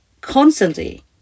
constantly